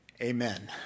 amen